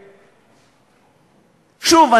שוב,